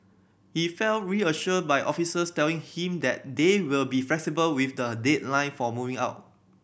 he felt reassured by officers telling him that they will be flexible with the deadline for moving out